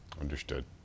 Understood